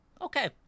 Okay